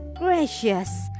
gracious